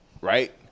right